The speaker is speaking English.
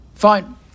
Fine